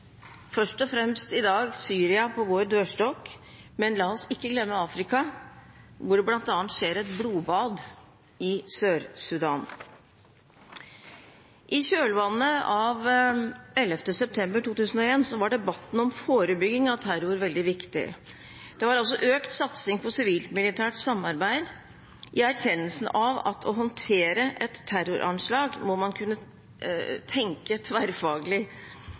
først og fremst Syria, på vår dørstokk, men la oss ikke glemme Afrika, hvor det bl.a. skjer et blodbad i Sør-Sudan. I kjølvannet av 11. september 2001 var debatten om forebygging av terror veldig viktig. Det var økt satsing på sivilt–militært samarbeid i erkjennelsen av at for å håndtere et terroranslag må man kunne tenke tverrfaglig,